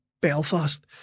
Belfast